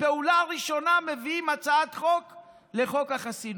ובפעולה הראשונה מביאים הצעת חוק החסינות.